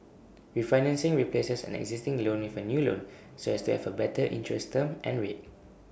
refinancing replaces an existing loan with A new loan so as to have A better interest term and rate